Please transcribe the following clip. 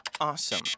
awesome